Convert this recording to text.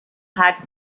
had